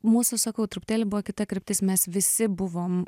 mūsų sakau truputėlį buvo kita kryptis mes visi buvom